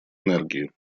энергии